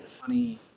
funny